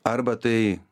arba tai